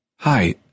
Hi